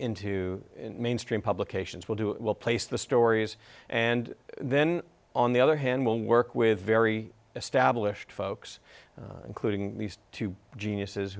into mainstream publications will do will place the stories and then on the other hand we'll work with very established folks including these two geniuses